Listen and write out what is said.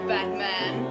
Batman